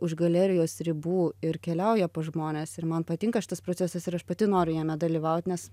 už galerijos ribų ir keliauja pas žmones ir man patinka šitas procesas ir aš pati noriu jame dalyvaut nes